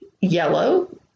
yellow